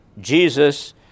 Jesus